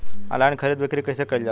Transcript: Online खरीद बिक्री कइसे कइल जाला?